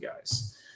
guys